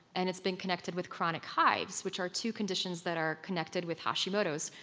and it's been connected with chronic hives, which are two conditions that are connected with hashimoto's.